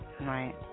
Right